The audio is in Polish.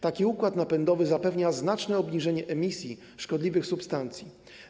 Taki układ napędowy zapewnia znaczne obniżenie emisji szkodliwych substancji.